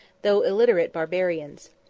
though illiterate barbarians.